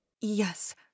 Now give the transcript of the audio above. Yes